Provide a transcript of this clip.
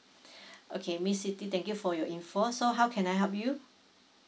okay miss siti thank you for your info so how can I help you